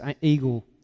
eagle